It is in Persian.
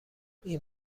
این